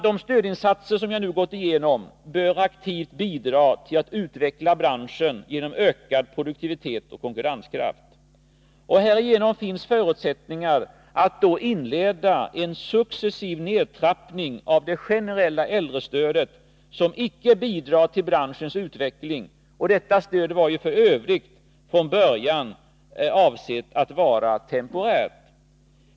De stödinsatser som jag nu gått igenom bör aktivt bidra till att utveckla branschen genom ökad produktivitet och konkurrenskraft. Härigenom kommer det att finnas förutsättningar för att inleda en successiv nedtrappning av det generella äldrestödet, vilket icke bidrar till branschens utveckling. Detta stöd var ju f. ö. från början avsett att vara temporärt.